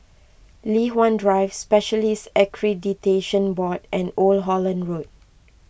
Li Hwan Drive Specialists Accreditation Board and Old Holland Road